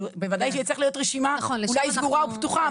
בוודאי שתצטרך להיות רשימה, אולי סגורה או פתוחה,